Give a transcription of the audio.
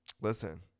Listen